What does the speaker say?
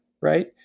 right